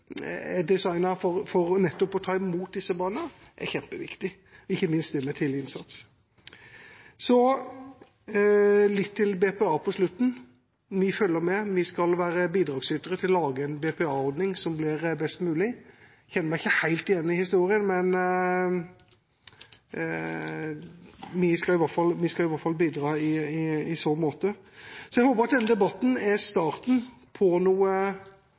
å ta imot nettopp disse barna, er kjempeviktig – og ikke minst det med tidlig innsats. Til slutt litt om BPA: Vi følger med, og vi skal være bidragsytere til å lage en BPA-ordning som blir best mulig. Jeg kjenner meg ikke helt igjen i historien, men vi skal i hvert fall bidra i så måte. Jeg håper at denne debatten er starten på noe